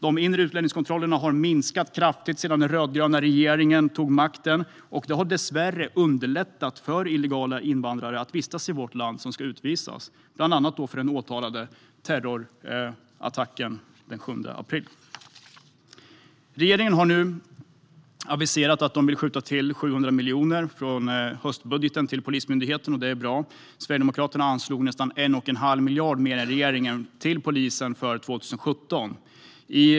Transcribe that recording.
De inre utlänningskontrollerna har minskat kraftigt sedan den rödgröna regeringen tog makten, och det har dessvärre underlättat för illegala invandrare i vårt land som ska utvisas, bland annat för den åtalade för terrorattacken den 7 april. Regeringen har nu aviserat att man i höstbudgeten vill skjuta till 700 miljoner till Polismyndigheten, och det är bra. Sverigedemokraterna anslog nästan 1,5 miljarder mer än regeringen till polisen för 2017.